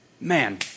Man